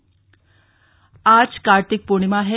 कार्तिक पूर्णिमा आज कार्तिक पूर्णिमा है